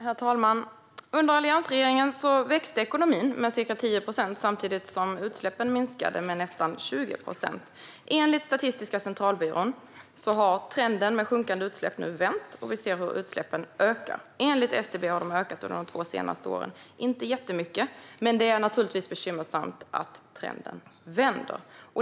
Herr talman! Under alliansregeringen växte ekonomin med ca 10 procent samtidigt som utsläppen minskade med nästan 20 procent. Enligt Statistiska centralbyrån har trenden med sjunkande utsläpp vänt, och vi ser nu att utsläppen ökar. Enligt SCB har de ökat under de två senaste åren - inte jättemycket, men det är naturligtvis bekymmersamt att trenden vänder.